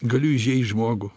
galiu įžeist žmogų